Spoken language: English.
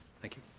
thank you.